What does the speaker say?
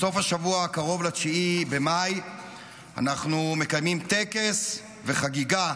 בסוף השבוע הקרוב ל-9 במאי אנחנו מקיימים טקס וחגיגה,